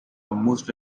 most